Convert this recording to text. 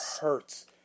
hurts